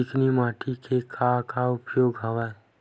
चिकनी माटी के का का उपयोग हवय?